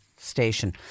station